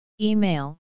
Email